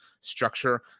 structure